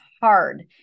hard